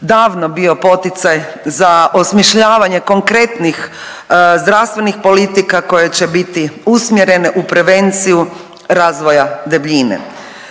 davno bio poticaj za osmišljavanje konkretnih zdravstvenih politika koje će biti usmjerene u prevenciju razvoja debljine.